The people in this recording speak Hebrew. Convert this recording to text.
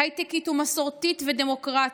הייטקית ומסורתית ודמוקרטית,